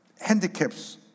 handicaps